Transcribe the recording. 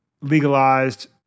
legalized